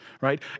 right